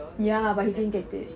ya but he didn't get it